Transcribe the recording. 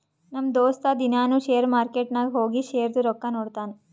ನಮ್ ದೋಸ್ತ ದಿನಾನೂ ಶೇರ್ ಮಾರ್ಕೆಟ್ ನಾಗ್ ಹೋಗಿ ಶೇರ್ದು ರೊಕ್ಕಾ ನೋಡ್ತಾನ್